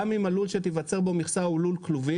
גם אם הלול שתיווצר בו מכסה הוא לול כלובים,